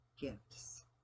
gifts